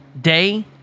day